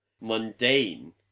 mundane